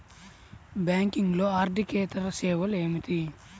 బ్యాంకింగ్లో అర్దికేతర సేవలు ఏమిటీ?